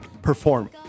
Perform